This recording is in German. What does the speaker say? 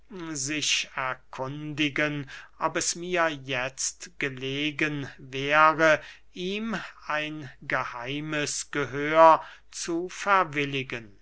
sich erkundigen ob es mir jetzt gelegen wäre ihm ein geheimes gehör zu